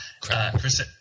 Chris